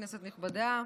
כנסת נכבדה,